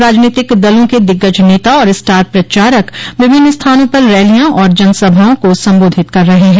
राजनीतिक दलों के दिग्गज नेता और स्टार प्रचारक विभिन्न स्थानों पर रैलियां और जनसभाओं को संबोधित कर रहे हैं